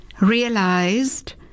realized